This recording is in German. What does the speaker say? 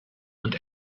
und